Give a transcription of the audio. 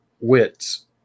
Wits